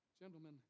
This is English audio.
Gentlemen